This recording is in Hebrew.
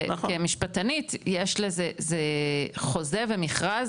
כמשפטנית יש לזה חוזה ומכרז,